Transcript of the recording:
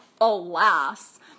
alas